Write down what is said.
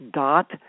dot